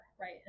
right